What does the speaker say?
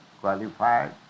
qualified